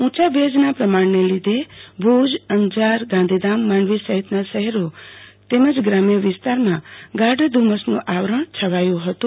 ઉંચા ભેજના પમાણને લીધે ભુજ અંજાર ગાંધોધામ માંડવી સહિતના શહેરો તેમજ ગ્રામ્ય વિસ્તારમાં ગાઢ ધુમ્મસનુ આવરણ છવાયું હતું